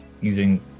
using